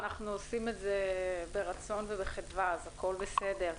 אנחנו עושים את זה ברצון ובחדווה, אז הכל בסדר.